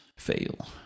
Fail